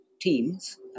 teams